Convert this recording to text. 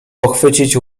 pochwycić